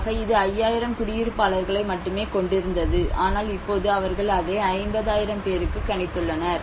முன்னதாக இது 5000 குடியிருப்பாளர்களை மட்டுமே கொண்டிருந்தது ஆனால் இப்போது அவர்கள் அதை 50000 பேருக்கு கணித்துள்ளனர்